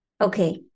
Okay